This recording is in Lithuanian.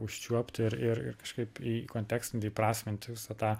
užčiuopti ir ir ir kažkaip į kontekstą įprasminti visą tą